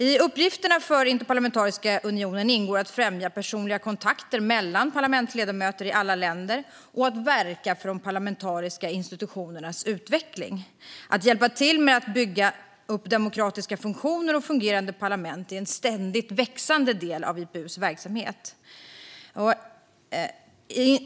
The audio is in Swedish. I Interparlamentariska unionens uppgifter ingår att främja personliga kontakter mellan parlamentsledamöter i alla länder och att verka för de parlamentariska institutionernas utveckling. Att hjälpa till med att bygga upp demokratiska funktioner och fungerande parlament är en ständigt växande del av IPU:s verksamhet.